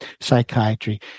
psychiatry